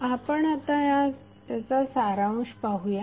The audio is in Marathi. आता आपण याचा सारांश पाहूया